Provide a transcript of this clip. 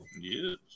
Yes